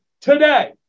today